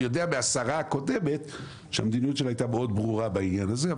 אני יודע מהשרה הקודמת שהמדיניות שלה הייתה מאוד ברורה בעניין הזה.